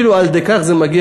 עד כדי כך זה מגיע,